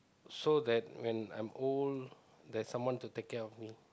so that when I'm old there's someone to take care of me